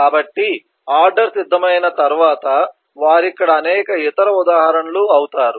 కాబట్టి ఆర్డర్ సిద్ధమైన తర్వాత వారు ఇక్కడ అనేక ఇతర ఉదాహరణలు అవుతారు